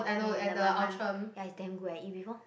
yeah the Man-Man ya it's damn good eh eat before